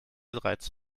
bereits